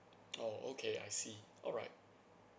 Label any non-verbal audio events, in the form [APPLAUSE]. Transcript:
[NOISE] orh okay I see alright